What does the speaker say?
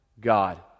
God